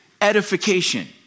edification